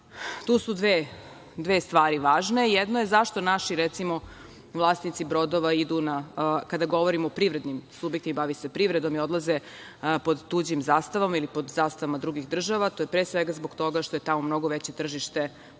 tu su dve stvari važne. Jedna je zašto naši recimo, vlasnici brodova, kada govorim o privrednim subjektima, bave se privredom i odlaze pod tuđim zastavama ili pod zastavama drugih država, to je pre svega zbog toga što je tamo mnogo veće tržište nego